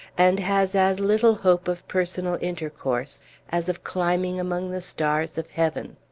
and has as little hope of personal intercourse as of climbing among the stars of heaven.